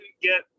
get